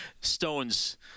Stone's